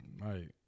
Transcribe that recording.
Right